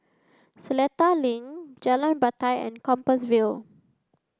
Seletar Link Jalan Batai and Compassvale